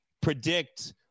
predict